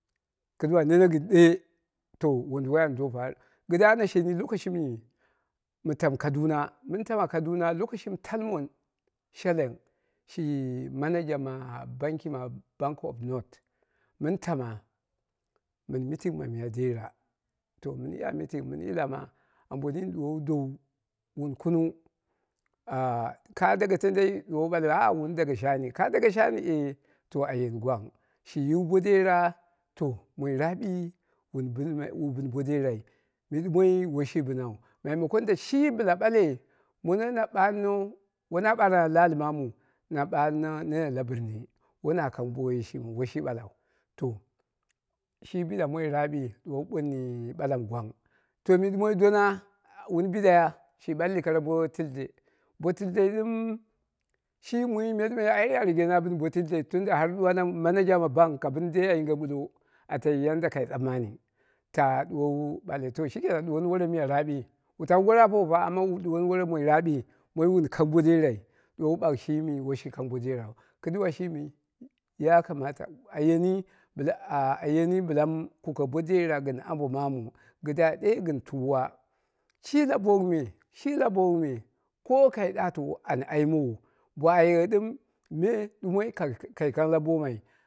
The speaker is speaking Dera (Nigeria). Kɨduwa nene gɨn ɗen to wonduwoi an do farima, gɨdda na sheni lokoshimi, mɨ taamu kaduna, mɨn taama kaduna lokoshimi talmon shelleng shi manager ma bankima bank of north mɨn taama mɨn meeting ma miya dera to mɨn ya meeting mɨn yilama ambo nini ɗowu dowu wun kunung ah ka daga tong dei ɗuwo ɓale ah wuni daga shani, ka daga shani eh to ayen gwang shi yiwu bo dera to moi raapi wun ɓɨnmai wu ɓɨn bo derai, mɨ ɗumoiyi woi shi ɓɨnai maimakon da shi bɨla ɓale mono na ɓarɨno woi na barana la ali maamuu na ɓarɨno nene la birni woi na kang bo woiyi shimiu woi ɓalau. To shi bida moi raapin duwowu ɓali ɓalam mi gwang to mɨ ɗumoi dona, bidaya shi ɓalli kara bo tilde, bo tilde ɗɨm shi mui me ɗi me a rigeni a bɨn bo tildei tunda har ɗuwana manager ma bank ka bɨn dei ayinge ɓullo yanda kai tsamani to shinkenan duwoni wore miya raapi wu tawu goro apowu fa duwoni wore moi rappi moi wun kang bo derai ɗuwoni bagh shi mi woi shi kang bo derau kɨduwa shimi ya kamata a yeni bɨlam ah ayini bɨla kuke bo dera gɨn ambo maamu kɨdda ɗe gɨn tuwa, shi la book me, shi la book me ko kai ɗato an aimowo ba ayeghe me ɗumoi kai kang labomai